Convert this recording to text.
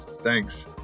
thanks